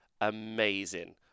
Amazing